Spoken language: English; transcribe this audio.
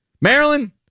Maryland